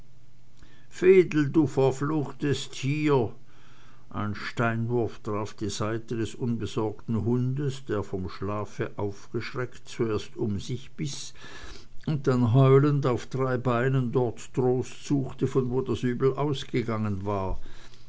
du verfluchtes tier ein steinwurf traf die seite des unbesorgten hundes der vom schlafe aufgeschreckt zuerst um sich biß und dann heulend auf drei beinen dort trost suchte von wo das übel ausgegangen war